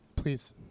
Please